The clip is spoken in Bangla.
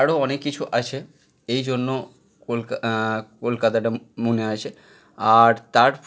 আরও অনেক কিছু আছে এইজন্য কলকা কলকাতাটা মনে আছে আর তার